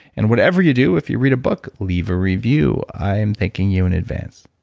and whatever you do, if you read a book, leave a review. i am thanking you in advance.